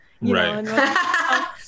Right